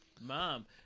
mom